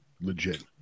Legit